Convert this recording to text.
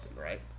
right